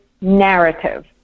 narrative